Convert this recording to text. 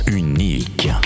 unique